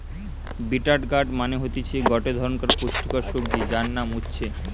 bitter gourd মানে হতিছে গটে ধরণকার পুষ্টিকর সবজি যার নাম উচ্ছে